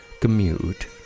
commute